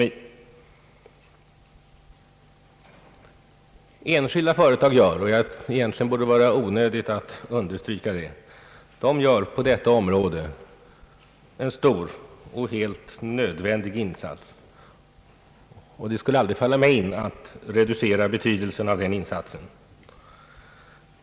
Enskilda företag — och det torde vara onödigt att understryka det — gör på detta område en stor och helt nödvändig insats. Det skulle aldrig falla mig in att reducera betydelsen av den insatsen.